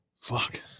Fuck